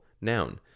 noun